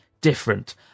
different